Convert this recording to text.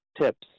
tips